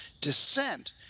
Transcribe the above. dissent